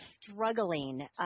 struggling